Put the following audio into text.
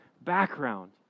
background